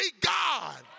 God